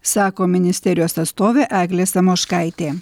sako ministerijos atstovė eglė samoškaitė